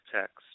text